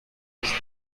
ist